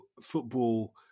football